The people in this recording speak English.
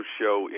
show